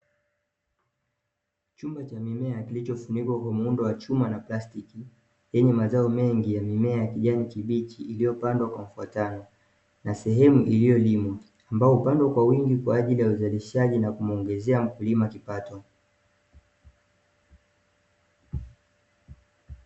Chumba cha mimea kilichofunikwa kwa muundo wa chuma na plastiki yenye mazao mengi ya mimea ya kijani kibichi iliyopandwa kwa mfuatano na sehemu iliyolimwa, ambayo hupandwa kwa wingi kwaajili ya uzalishaji na kumuongezea mkulimo kipato.